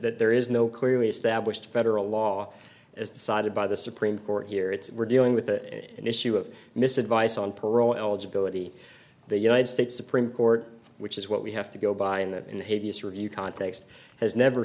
that there is no clearly established federal law as decided by the supreme court here it's we're dealing with an issue of mis advice on parole eligibility the united states supreme court which is what we have to go by in the in the hay vs review context has never